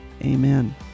amen